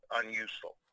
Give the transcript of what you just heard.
unuseful